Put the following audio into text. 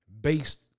based